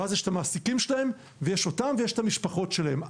ואז יש את המעסיקים שלהם ויש אותם ויש את המשפחות שלהם.